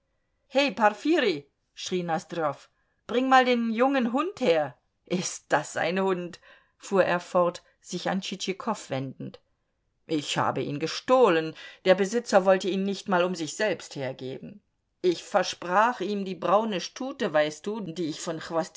he porfirij schrie nosdrjow bring mal den jungen hund her ist das ein hund fuhr er fort sich an tschitschikow wendend ich habe ihn gestohlen der besitzer wollte ihn nicht mal um sich selbst hergeben ich versprach ihm die braune stute weißt du die ich von